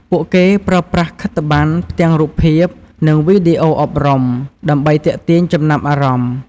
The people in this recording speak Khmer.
ពួកគេប្រើប្រាស់ខិត្តប័ណ្ណ ផ្ទាំងរូបភាព និងវីដេអូអប់រំ ដើម្បីទាក់ទាញចំណាប់អារម្មណ៍។